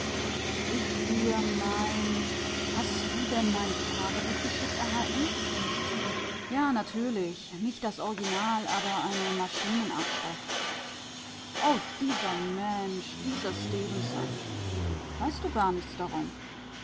ich dir mein hast du denn mein tagebuch geschickt erhalten ja natürlich nicht das original aber eine maschinenabschrift oh dieser mensch dieser stefenson weißt du gar nichts